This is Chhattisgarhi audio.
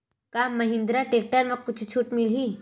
का महिंद्रा टेक्टर म कुछु छुट मिलही?